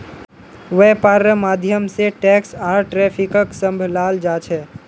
वैपार्र माध्यम से टैक्स आर ट्रैफिकक सम्भलाल जा छे